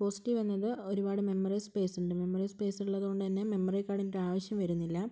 positive എന്നത് ഒരുപാട് memory space ഉണ്ട് മെമ്മറി സ്പേസ് ഉള്ളതുകൊണ്ട് തന്നെ മെമ്മറി കാർഡിൻ്റെ ആവശ്യം വരുന്നില്ല